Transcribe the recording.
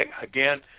again